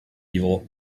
evil